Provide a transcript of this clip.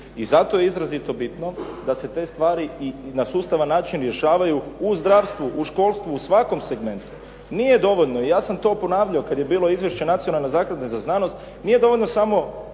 I zato je izrazito bitno da se te stvari i na sustavan način rješavaju u zdravstvu, u školstvu, u svakom segmentu. Nije dovoljno i ja sam to ponavljao kada je bio izvješće Nacionalne zaklade za znanost, nije dovoljno samo